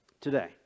Today